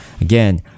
Again